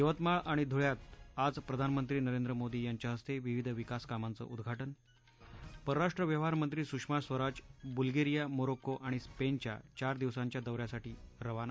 यवतमाळ आणि धुळ्यात आज प्रधानमंत्री नरेंद्र मोदी यांच्या हस्ते विविध विकास कामांचं उद्घाटन परराष्ट्र व्यवहार मंत्री सुषमा स्वराज बुल्गेरीया मोरोक्को आणि स्पेनच्या चार दिवसांच्या दौऱ्यासाठी आज रवाना